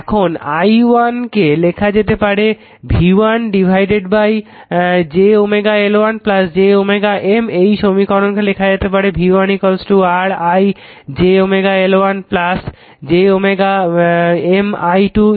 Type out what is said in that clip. এখন i1 কে লেখা যেতে পারে v1 j L1 j M এই সমীকরণটিকে লেখা যেতে পারে v1 r i j L1 j M i 2